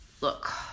Look